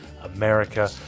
America